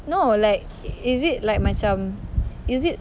no like is it like macam is it